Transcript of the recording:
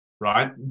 right